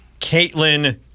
Caitlin